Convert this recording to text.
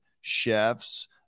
chefs